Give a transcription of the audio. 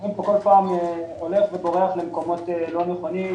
שהדיון הולך ובורח למקומות לא נכונים,